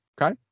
Okay